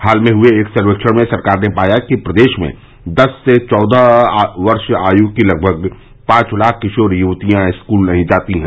हाल में हुए एक सर्वेक्षण में सरकार ने पाया कि प्रदेश में दस से चौदह आयु वर्ग की लगभग पांच लाख किशोर युवतियां स्कूल नहीं जाती है